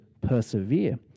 persevere